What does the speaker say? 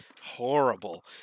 horrible